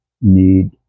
need